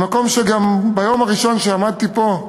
ממקום שממנו דיברתי גם ביום הראשון שעמדתי פה,